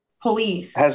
police